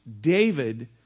David